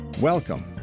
Welcome